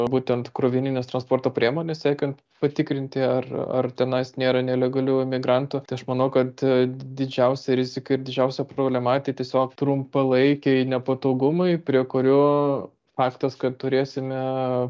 būtent krovininės transporto priemonės siekiant patikrinti ar ar tenais nėra nelegalių imigrantų tai aš manau kad didžiausia rizika ir didžiausia problema tai tiesiog trumpalaikiai nepatogumai prie kurių faktas kad turėsime